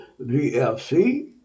VFC